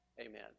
Amen